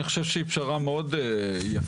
אני חושב שהיא פשרה מאוד יפה.